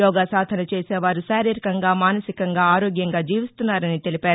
యోగా సాధన చేసేవారు శారీరకంగా మానసికంగా ఆరోగ్యంగా జీవిస్తున్నారని తెలిపారు